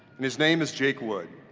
and his name is jake wood.